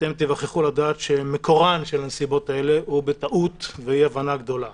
שאתם תיווכחו לדעת שמקורן של הנסיבות האלה הוא בטעות ואי הבנה גדולה